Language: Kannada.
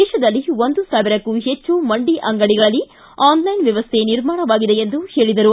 ದೇಶದಲ್ಲಿ ಒಂದು ಸಾವಿರಕ್ಕೂ ಹೆಚ್ಚು ಮಂಡಿ ಅಂಗಡಿಗಳಲ್ಲಿ ಆನ್ಲೈನ್ ವ್ಯವಸ್ಥೆ ನಿರ್ಮಾಣವಾಗಿದೆ ಎಂದು ಹೇಳಿದರು